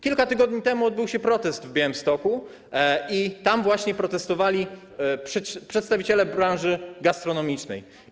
Kilka tygodni temu odbył się protest w Białymstoku i tam protestowali właśnie przedstawiciele branży gastronomicznej.